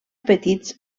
petits